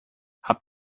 habt